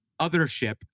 Othership